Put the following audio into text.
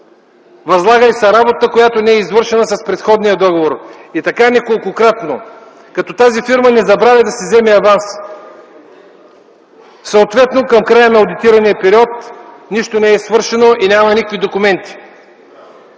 Възлага й се работа, която не е извършена с предходния договор. И така – неколкократно, като тази фирма не забравя да си вземе аванс. Съответно към края на одитирания период нищо не е свършено и няма никакви документи.